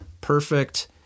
perfect